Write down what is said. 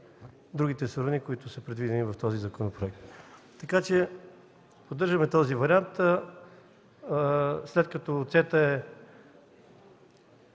другите суровини, предвидени в този законопроект. Така че поддържаме този вариант, след като оцетът